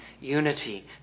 unity